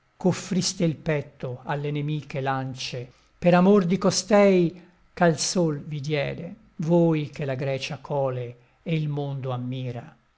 ch'offriste il petto alle nemiche lance per amor di costei ch'al sol vi diede voi che la grecia cole e il mondo ammira